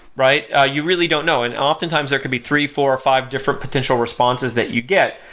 right? ah you really don't know. and oftentimes, there could be three, four, or five different potential responses that you get.